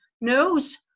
knows